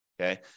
okay